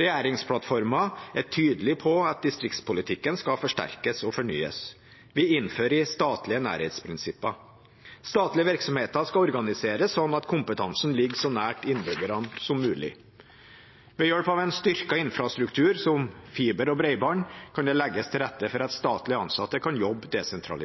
Regjeringsplattformen er tydelig på at distriktspolitikken skal forsterkes og fornyes. Vi innfører statlige nærhetsprinsipper. Statlige virksomheter skal organiseres slik at kompetansen ligger så nær innbyggerne som mulig. Ved hjelp av en styrket infrastruktur, som fiber og bredbånd, kan det legges til rette for at statlig ansatte kan